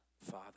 Father